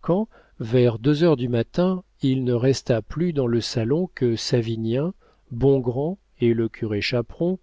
quand vers deux heures du matin il ne resta plus dans le salon que savinien bongrand et le curé chaperon